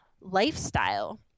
lifestyle